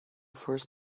first